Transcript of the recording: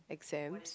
exams